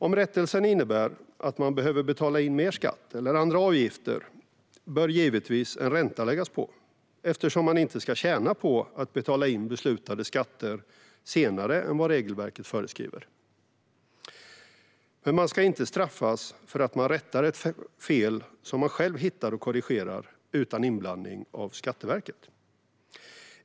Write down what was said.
Om rättelsen innebär att man behöver betala in mer skatt eller andra avgifter bör givetvis en ränta läggas på, eftersom man inte ska tjäna på att betala in beslutade skatter senare än vad regelverket föreskriver. Men man ska inte straffas för att man rättar ett fel som man själv hittar och korrigerar utan inblandning av Skatteverket.